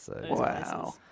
Wow